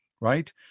Right